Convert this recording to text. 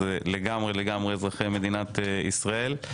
זה לגמרי-לגמרי אזרחי מדינת ישראל.